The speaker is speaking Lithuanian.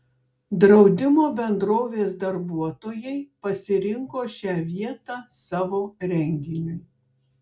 draudimo bendrovės darbuotojai pasirinko šią vietą savo renginiui